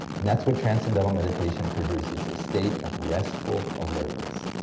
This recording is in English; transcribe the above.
and that's what transcendental meditation produces, a state of restful alertness.